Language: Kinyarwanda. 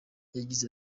yagize